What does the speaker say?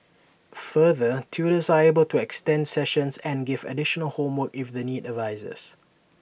further tutors are able to extend sessions and give additional homework if the need arises